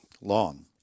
long